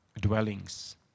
dwellings